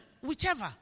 whichever